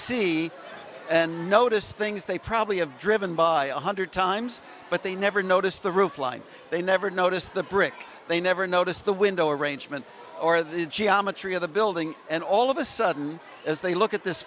see and notice things they probably have driven by a hundred times but they never noticed the roofline they never noticed the brick they never noticed the window arrangement or the geometry of the building and all of a sudden as they look at this